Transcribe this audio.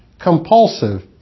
compulsive